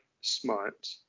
smart